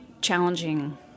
challenging